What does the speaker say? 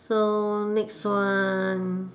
so next one